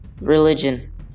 Religion